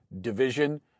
division